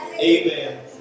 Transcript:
Amen